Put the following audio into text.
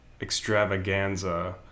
extravaganza